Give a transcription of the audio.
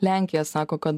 lenkija sako kad